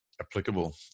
applicable